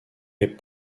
est